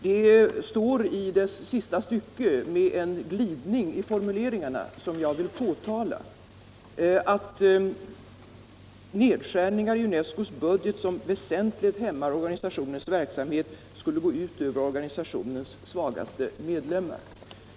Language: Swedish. Där sägs i det sista stycket — med en glidning i formuleringarna som jag vill påtala — att nedskärningar i UNESCO:s budget som väsentligt hämmar organisationens verksamhet skulle gå ut över organisationens svagaste medlemmar.